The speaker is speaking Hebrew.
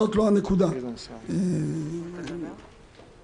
נשאלת השאלה: במה חטא חיים כץ.